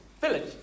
village